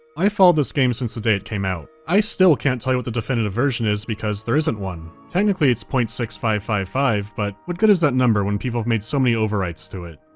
i followed this game since the day it came out. i still can't tell you what the definitive version is, because there isn't one. technically, it's zero point six five five five, but what good is that number, when people have made so many overwrites to it?